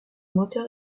moteur